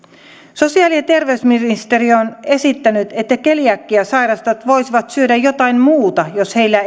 sosiaali ja terveysministeriö on esittänyt että keliakiaa sairastavat voisivat syödä jotain muuta jos heillä